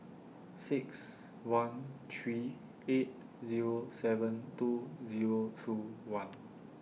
six one three eight Zero seven two Zero two one